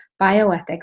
bioethics